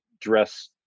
dress